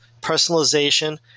personalization